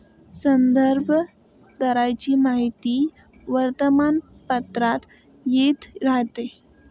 संदर्भ दराची माहिती वर्तमानपत्रात येत राहते